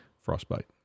frostbite